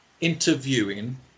Interviewing